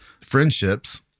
friendships